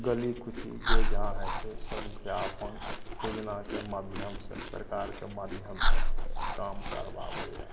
गली कूची जे जहाँ होइ छै सब मुखिया अपन योजनाके माध्यम से सरकारके माध्यम से काम करबाबैया